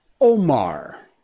Omar